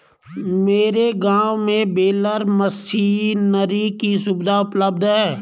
मेरे गांव में बेलर मशीनरी की सुविधा उपलब्ध है